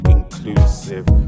Inclusive